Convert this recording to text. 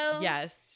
Yes